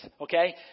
okay